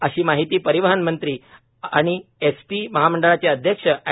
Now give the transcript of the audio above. अशी माहिती परिवहन मंत्री व एसटी महामंडळाचे अध्यक्ष अॅड